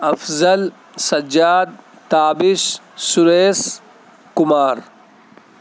Afzal Sajjad Tabish Suresh Kumar